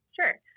Sure